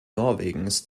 norwegens